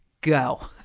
go